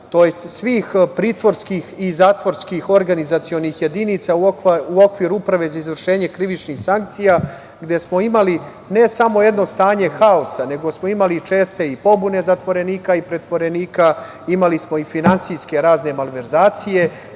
tj. svih pritvorskih i zatvorskih organizacionih jedinica u okviru Uprave za izvršenje krivičnih sankcija, gde smo imali ne samo jedno stanje haosa, nego smo imali i česte pobune zatvorenika i pritvorenika, imali smo i razne finansijske malverzacije,